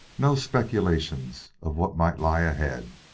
no speculations of what might lie ahead.